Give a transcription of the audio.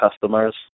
customers